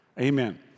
Amen